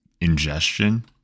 ingestion